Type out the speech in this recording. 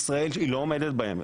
ישראל לא עומדת בהן.